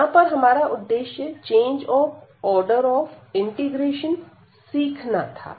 यहां पर हमारा उद्देश्य change of order of integration सीखना था